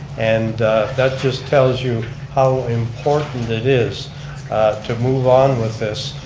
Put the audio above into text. and that just tells you how important it is to move on with this.